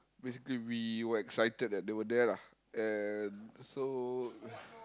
basically we were excited that they were there lah and so